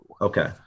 okay